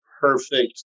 perfect